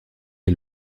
est